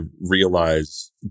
realize